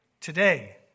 today